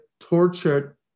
tortured